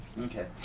Okay